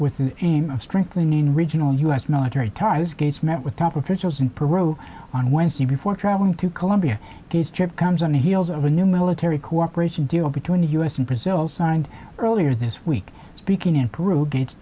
with the aim of strengthening regional u s military ties gates met with top officials in peru on wednesday before traveling to colombia gates trip comes on the heels of a new military cooperation deal between the u s and brazil signed earlier this week speaking in peru ga